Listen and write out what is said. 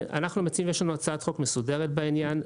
יש לנו הצעת חוק מסודרת בעניין,